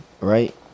Right